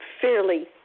fairly